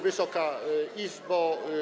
Wysoka Izbo!